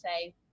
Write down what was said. say